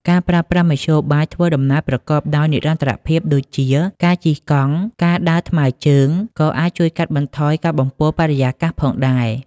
ការប្រើប្រាស់មធ្យោបាយធ្វើដំណើរប្រកបដោយនិរន្តរភាពដូចជាការជិះកង់ ឬការដើរថ្មើជើង ក៏អាចជួយកាត់បន្ថយការបំពុលបរិយាកាសផងដែរ។